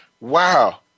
Wow